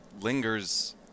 lingers